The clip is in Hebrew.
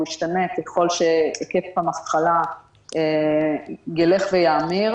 והוא ישתנה ככל שהיקף המחלה ילך ויאמיר,